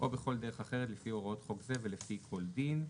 או בכל דרך אחרת לפי הוראות חו7ק זה ולפי כל דין.